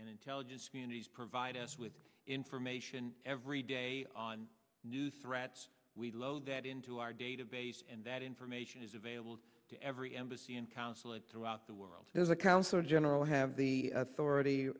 and intelligence communities provide us with information every day on new threats we load that into our database and that information is available to every embassy and consulate throughout the world as a counselor general have the authority